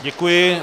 Děkuji.